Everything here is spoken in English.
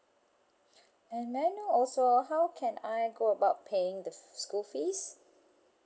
and then also how can I go about paying the f~ school fees